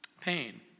pain